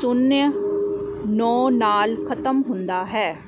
ਸੋਨਿਆ ਨੌਂ ਨਾਲ ਖਤਮ ਹੁੰਦਾ ਹੈ